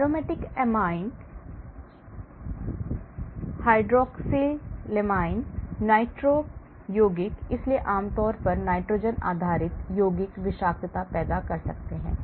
Aromatic amine hydroxylamines nitro यौगिक इसलिए आमतौर पर नाइट्रोजन आधारित यौगिक विषाक्तता पैदा कर सकते हैं